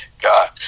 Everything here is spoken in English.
God